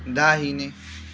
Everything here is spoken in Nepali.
दाहिने